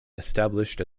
established